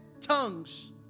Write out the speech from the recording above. tongues